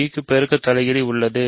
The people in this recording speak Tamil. b க்கு ஒரு பெருக்க தலைகீழ் உள்ளது